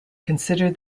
consider